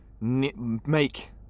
make